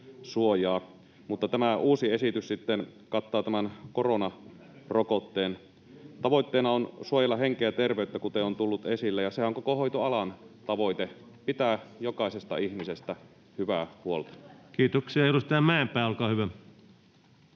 tämä uusi esitys kattaa tämän koronarokotteen. Tavoitteena on suojella henkeä ja terveyttä, kuten on tullut esille, ja sehän on koko hoitoalan tavoite: pitää jokaisesta ihmisestä hyvää huolta. Kiitoksia. — Edustaja Mäenpää, olkaa hyvä.